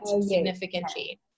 significantly